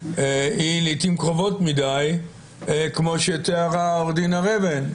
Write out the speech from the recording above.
היא לעתים קרובות מדי כמו שתיארה עוה"ד הר אבן,